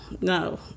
no